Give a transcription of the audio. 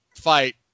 fight